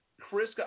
chris